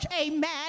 amen